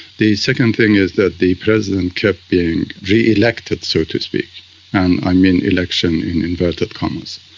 the second thing is that the president kept being re-elected, so to speak and i mean election in inverted commas.